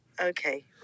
Okay